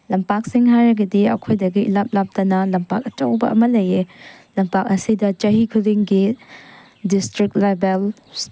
ꯂꯝꯄꯥꯛꯁꯤꯡ ꯍꯥꯏꯔꯒꯗꯤ ꯑꯩꯈꯣꯏꯗꯒꯤ ꯏꯂꯥꯞ ꯂꯥꯞꯇꯅ ꯂꯝꯄꯥꯛ ꯑꯆꯧꯕ ꯑꯃ ꯂꯩꯑꯦ ꯂꯝꯄꯥꯛ ꯑꯁꯤꯗ ꯆꯍꯤ ꯈꯨꯗꯤꯡꯒꯤ ꯗꯤꯁꯇ꯭ꯔꯤꯛ ꯂꯦꯕꯦꯜ